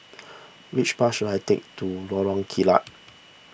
which bus should I take to Lorong Kilat